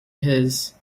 his